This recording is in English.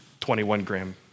21-gram